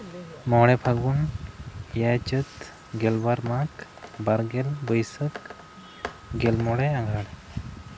ᱢᱚᱬᱮ ᱯᱷᱟᱹᱜᱩᱱ ᱮᱭᱟᱭ ᱪᱟᱹᱛ ᱜᱮᱞᱵᱟᱨ ᱢᱟᱜᱽ ᱵᱟᱨᱜᱮᱞ ᱵᱟᱹᱭᱥᱟᱹᱠᱷ ᱜᱮᱞ ᱢᱚᱬᱮ ᱟᱸᱜᱷᱟᱬ